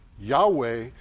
Yahweh